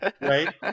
Right